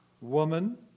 woman